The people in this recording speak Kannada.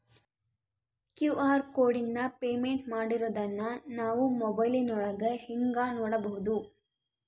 ಕ್ಯೂ.ಆರ್ ಕೋಡಿಂದ ಪೇಮೆಂಟ್ ಮಾಡಿರೋದನ್ನ ನಾವು ಮೊಬೈಲಿನೊಳಗ ಹೆಂಗ ನೋಡಬಹುದು?